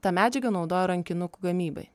tą medžiagą naudoja rankinukų gamybai